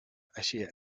així